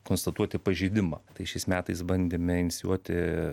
konstatuoti pažeidimą tai šiais metais bandėme inicijuoti